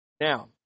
Now